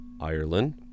Ireland